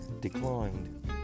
declined